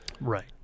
Right